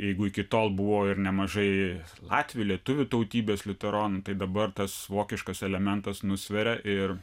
jeigu iki tol buvo ir nemažai latvių lietuvių tautybės liuteronų tai dabar tas vokiškas elementas nusveria ir